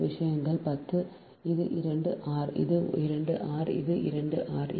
இந்த விஷயங்கள் 10 இது 2 ஆர் இது 2 ஆர் இது 2 ஆர்